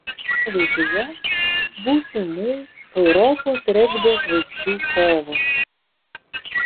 panevėžyje būsimų europos regbio žvaigždžių kovos